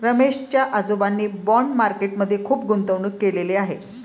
रमेश च्या आजोबांनी bond market मध्ये खुप गुंतवणूक केलेले आहे